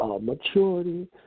maturity